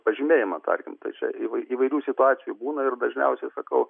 pažymėjimą tarkim tai čia įvairių situacijų būna ir dažniausiai sakau